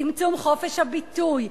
צמצום חופש הביטוי,